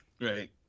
right